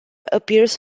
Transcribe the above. appears